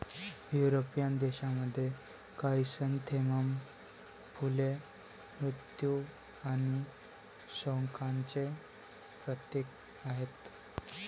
European देशांमध्ये, chrysanthemum फुले मृत्यू आणि शोकांचे प्रतीक आहेत